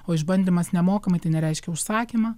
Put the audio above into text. o išbandymas nemokamai tai nereiškia užsakymą